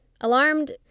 Alarmed